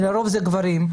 לרוב זה גברים,